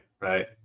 Right